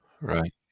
Right